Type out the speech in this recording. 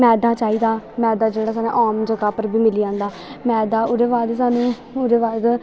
मैदा चाही दा मैदा जेह्ड़ा साह्नू आम जगा पर बी मिली जंदा मैदा ओह्दे बाद साह्नू ओह्दे बाद